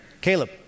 Caleb